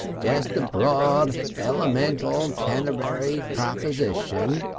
just the broad elemental canterbury praposition.